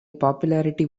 popularity